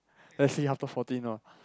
let's see after fourteen lor